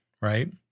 right